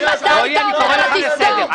הגיע הזמן שיקראו לך לסדר באמת.